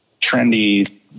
trendy